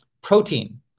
protein